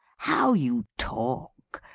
how you talk!